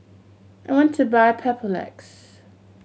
I want to buy Papulex